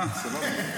אה, סבבה.